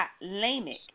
Lamech